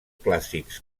clàssics